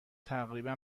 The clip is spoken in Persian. تقریبا